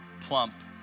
plump